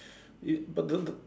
is but the the